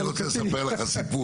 אני רוצה לספר לך סיפור,